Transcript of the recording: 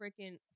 freaking